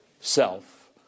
self